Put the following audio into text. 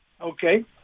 okay